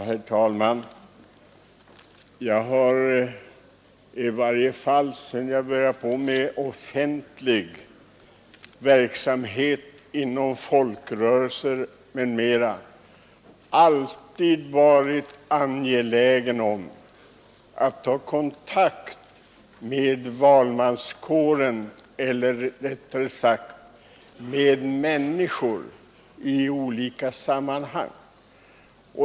Herr talman! Jag har, i varje fall sedan jag började med offentlig verksamhet inom folkrörelser m.m., alltid varit angelägen om att ta kontakt med valmanskåren — eller, rättare sagt, med människor — i olika sammanhang.